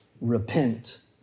repent